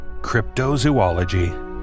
cryptozoology